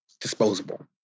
disposable